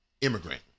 immigrant